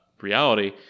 reality